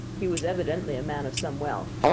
he was evidently a man of some wealth.